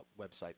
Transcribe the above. website